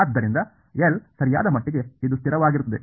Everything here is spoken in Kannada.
ಆದ್ದರಿಂದ L ಸರಿಯಾದ ಮಟ್ಟಿಗೆ ಇದು ಸ್ಥಿರವಾಗಿರುತ್ತದೆ